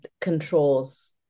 controls